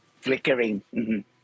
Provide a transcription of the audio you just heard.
Flickering